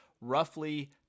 roughly